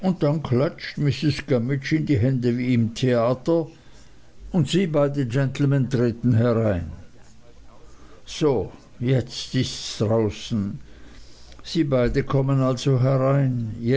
und denn klatscht missis gummidge in die hände wie im theater und sie beide genlmn traten herein so jetzt ists draußen sie beide kommen also herein